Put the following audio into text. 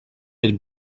had